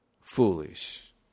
foolish